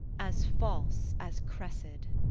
as false as cressid